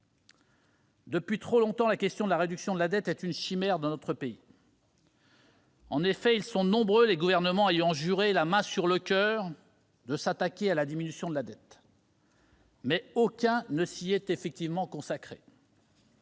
Depuis trop longtemps, la réduction de la dette est une chimère dans notre pays. En effet, nombreux sont les gouvernements ayant juré, la main sur le coeur, de s'attaquer à la diminution de la dette. Mais aucun ne s'y est effectivement attaché.